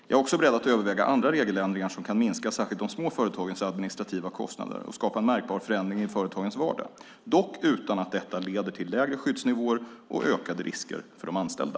Jag är beredd att överväga andra regeländringar som kan minska särskilt de små företagens administrativa kostnader och skapa en märkbar förändring i företagens vardag, dock utan att detta leder till lägre skyddsnivåer och ökade risker för de anställda.